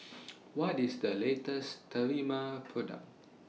What IS The latest Sterimar Product